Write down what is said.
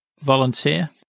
volunteer